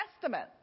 Testament